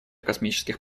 космических